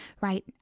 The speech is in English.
right